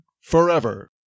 forever